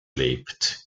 lebt